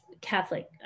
Catholic